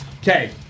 Okay